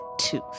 tooth